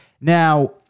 Now